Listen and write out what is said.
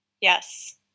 Yes